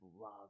love